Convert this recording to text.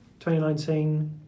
2019